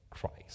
Christ